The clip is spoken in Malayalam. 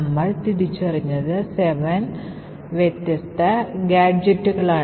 നമ്മൾ തിരിച്ചറിഞ്ഞത് 7 വ്യത്യസ്ത ഗാഡ്ജെറ്റുകളാണ്